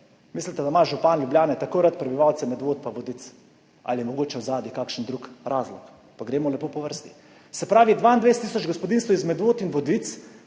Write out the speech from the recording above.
Mislite, da ima župan Ljubljane tako rad prebivalce Medvod in Vodic? Ali je mogoče zadaj kakšen drug razlog? Pa gremo lepo po vrsti. Se pravi, 22 tisoč gospodinjstev iz Medvod in Vodic